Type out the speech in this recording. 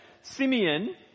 Simeon